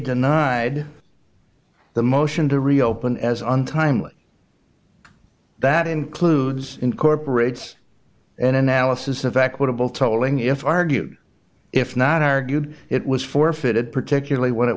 denied the motion to reopen as untimely that includes incorporates an analysis of equitable tolling if argued if not argued it was forfeited particularly when it